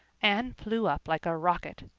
anne flew up like a rocket.